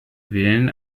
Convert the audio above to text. villen